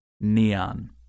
Neon